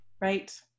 Right